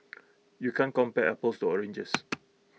you can't compare apples to oranges